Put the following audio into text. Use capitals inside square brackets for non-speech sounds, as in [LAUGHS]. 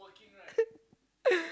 [LAUGHS]